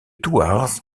thouars